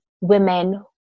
women